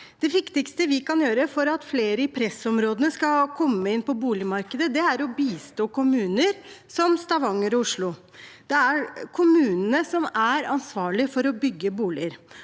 Det viktigste vi kan gjøre for at flere i pressområdene skal komme inn på boligmarkedet, er å bistå kommuner som Stavanger og Oslo. Det er kommunene som er ansvarlig for å bygge boliger,